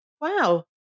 Wow